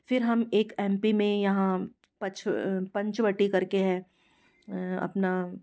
फिर हम एक एम पी में यहाँ पच पंचवटी करके है अपना